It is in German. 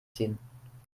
ziehen